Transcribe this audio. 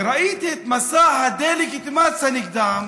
וראיתי את מסע הדה-לגיטימציה נגדם,